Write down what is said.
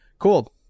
Cool